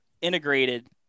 integrated